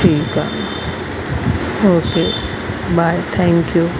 ठीकु आहे okay bye thank U